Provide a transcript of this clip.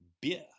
beer